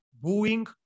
booing